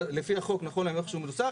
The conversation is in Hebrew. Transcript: לפי איך שהחוק היום מנוסח,